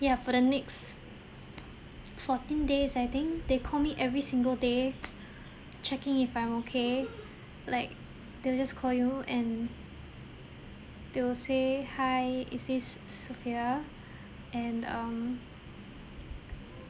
ya for the next fourteen days I think they call me every single day checking if I'm okay like they'll just call you and they will say hi is this sophia and um